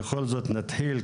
בכל זאת נתחיל,